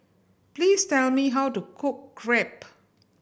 please tell me how to cook Crepe